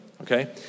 okay